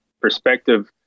perspective